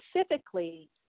Specifically